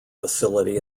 facility